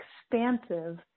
expansive